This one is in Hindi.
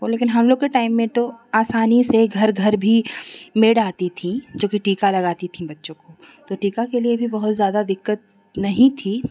वह लेकिन हमलोग के टाइम में तो आसानी से घर घर भी मेड आती थी जोकि टीका लगाती थी बच्चों को तो टीका के लिए भी बहुत ज़्यादा दिक्कत नहीं थी